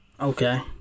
Okay